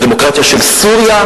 הדמוקרטיה של סוריה?